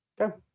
Okay